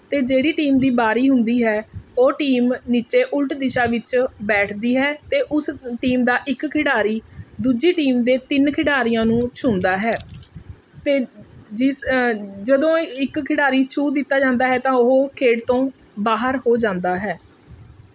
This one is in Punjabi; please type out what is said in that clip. ਅਤੇ ਜਿਹੜੀ ਟੀਮ ਦੀ ਬਾਰੀ ਹੁੰਦੀ ਹੈ ਉਹ ਟੀਮ ਨੀਚੇ ਉਲਟ ਦਿਸ਼ਾ ਵਿੱਚ ਬੈਠਦੀ ਹੈ ਅਤੇ ਉਸ ਟੀਮ ਦਾ ਇੱਕ ਖਿਡਾਰੀ ਦੂਜੀ ਟੀਮ ਦੇ ਤਿੰਨ ਖਿਡਾਰੀਆਂ ਨੂੰ ਛੂੰਹਦਾ ਹੈ ਅਤੇ ਜਿਸ ਜਦੋਂ ਇੱਕ ਖਿਡਾਰੀ ਛੂਹ ਦਿੱਤਾ ਜਾਂਦਾ ਹੈ ਤਾਂ ਉਹ ਖੇਡ ਤੋਂ ਬਾਹਰ ਹੋ ਜਾਂਦਾ ਹੈ